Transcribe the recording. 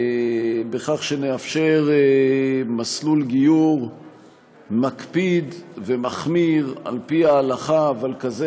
בכך שנאפשר מסלול גיור מקפיד ומחמיר על פי ההלכה אבל כזה